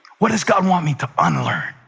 what does god want me to unlearn?